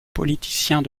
politiciens